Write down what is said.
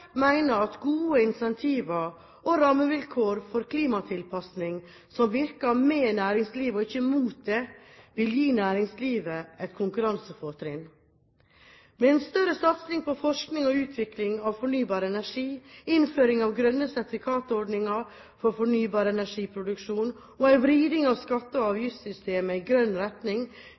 at gode incentiver og rammevilkår for klimatilpasning som virker med næringslivet og ikke mot det, vil gi næringslivet et konkurransefortrinn. Med en større satsing på forskning og utvikling av fornybar energi, innføring av en grønn sertifikatordning for fornybar energiproduksjon og en vriding av skatte- og avgiftssystemet i grønn retning